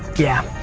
yeah.